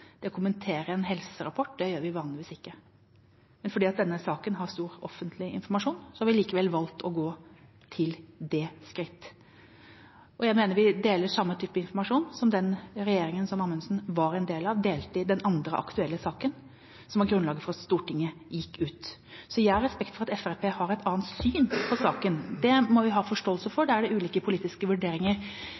Å kommentere en helserapport, er noe vi vanligvis ikke gjør, men fordi denne saken har stor offentlig interesse, har vi likevel valgt å gå til det skrittet. Jeg mener vi deler den samme typen informasjon som den regjeringen som Amundsen var en del av, delte i den andre aktuelle saken som var grunnlaget for at Stortinget gikk ut. Jeg har respekt for at Fremskrittspartiet har et annet syn på saken – det må vi ha forståelse for, det er ulike politiske vurderinger